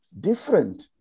different